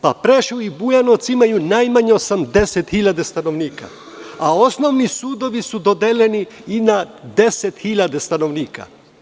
Preševo i Bujanovac imaju najmanje 80.000 stanovnika, a osnovni sudovi su dodeljeni i na 10.000 stanovnika.